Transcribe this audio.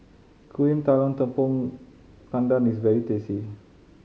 Kuih Talam Tepong Pandan is very tasty